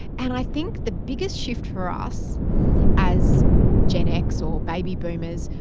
and i think the biggest shift for us as gen x or baby boomers,